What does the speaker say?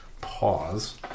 pause